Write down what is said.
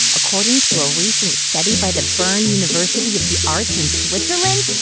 according to a recent study by the bern university of the arts in switzerland,